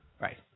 Right